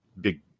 big